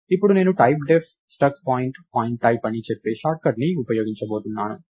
ఇప్పుడు నేను typedef struct point point type అని చెప్పే షార్ట్ కట్ని ఉపయోగించబోతున్నాను